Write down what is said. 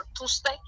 Tuesday